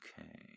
Okay